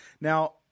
Now